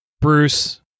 Bruce